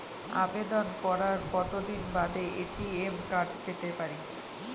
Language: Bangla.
আবেদন করার কতদিন বাদে এ.টি.এম কার্ড পেতে পারি?